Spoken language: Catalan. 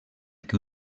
que